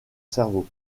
cerveau